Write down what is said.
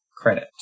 credit